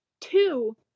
Two